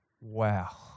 wow